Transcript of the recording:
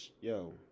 Yo